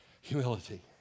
Humility